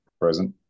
present